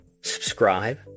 Subscribe